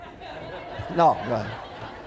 No